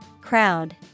Crowd